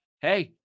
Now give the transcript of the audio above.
hey